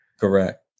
correct